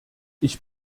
ich